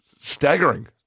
staggering